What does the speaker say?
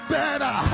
better